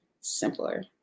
simpler